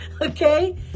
okay